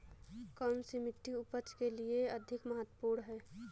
कौन सी मिट्टी उपज के लिए अधिक महत्वपूर्ण है?